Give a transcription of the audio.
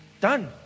done